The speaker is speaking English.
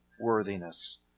worthiness